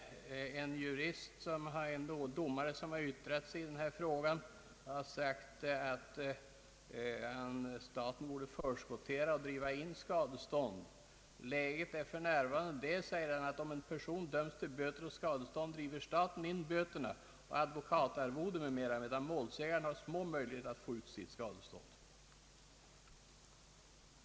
En domare, som har yttrat sig i denna fråga, har sagt att staten borde förskottera och driva in skadestånd. Läget är för närvarande det, säger han, att om en person döms till böter och skadestånd driver staten in böterna, advokatarvode m.m., medan målsägaren har små möjligheter att få ut sitt skadestånd.